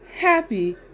happy